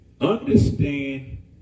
Understand